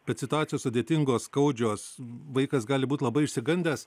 bet situacijos sudėtingos skaudžios vaikas gali būt labai išsigandęs